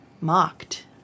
mocked